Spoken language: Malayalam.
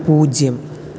പൂജ്യം